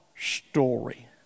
story